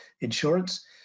insurance